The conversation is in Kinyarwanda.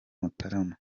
mutarama